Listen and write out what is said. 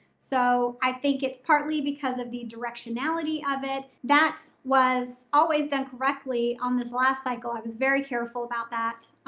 so i think it's partly because of the directionality of it. that was always done correctly on this last cycle. i was very careful about that.